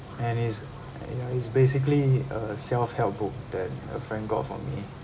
and it's ya it's basically a self help book that a friend got for me